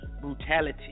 brutality